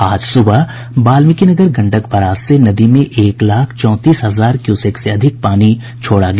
आज सुबह वाल्मिकीनगर गंडक बराज से नदी में एक लाख चौंतीस हजार क्यूसेक से अधिक पानी छोड़ा गया